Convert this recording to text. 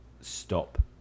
stop